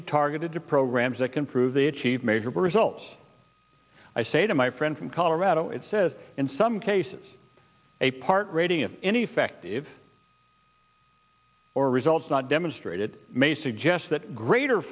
be targeted to programs that can prove the achieve measurable results i say to my friend from colorado it says in some cases a part rating of any effective or results not demonstrated may suggest that greater